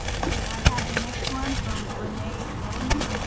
okay, i have the next one from renee nedelman.